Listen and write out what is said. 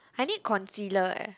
I need concealer eh